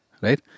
Right